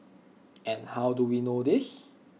and how do we know this